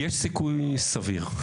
יש סיכוי סביר.